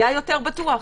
היה יותר בטוח.